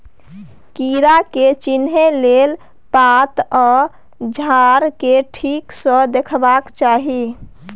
कीड़ा के चिन्हे लेल पात आ झाड़ केँ ठीक सँ देखबाक चाहीं